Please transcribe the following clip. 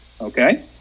Okay